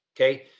Okay